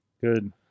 good